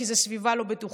כי זו סביבה לא בטוחה,